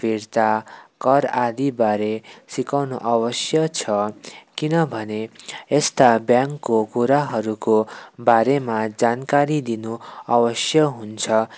फिर्ता कर आदिबारे सिकाउनु आवश्यक छ किनभने यस्ता ब्याङ्कको कुराहरूको बारेमा जानकारी दिनु आवश्यक हुन्छ